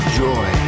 joy